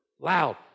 Loud